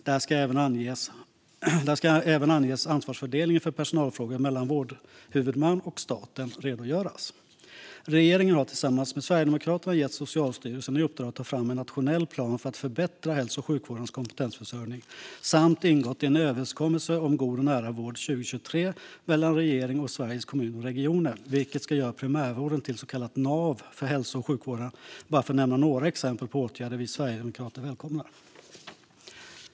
Där ska även redogöras för ansvarsfördelningen för personalfrågor mellan vårdhuvudman och staten. Regeringen har tillsammans med Sverigedemokraterna gett Socialstyrelsen i uppdrag att ta fram en nationell plan för att förbättra hälso och sjukvårdens kompetensförsörjning samt ingått en överenskommelse om god och nära vård 2023 mellan regering och Sveriges Kommuner och Regioner, vilket ska göra primärvården till ett så kallat nav för hälso och sjukvården - bara för att nämna några exempel på åtgärder som vi sverigedemokrater välkomnar.